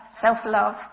self-love